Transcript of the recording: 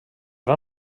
van